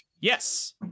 Yes